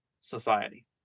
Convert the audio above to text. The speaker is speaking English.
society